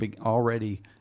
already